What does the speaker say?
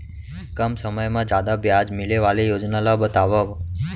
कम समय मा जादा ब्याज मिले वाले योजना ला बतावव